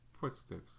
footsteps